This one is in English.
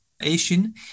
Asian